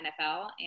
NFL